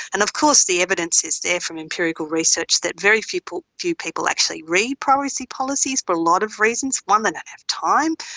and of course the evidence is there from empirical research that very few people few people actually read privacy policies for a lot of reasons. one, they don't have time.